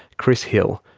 chris hill,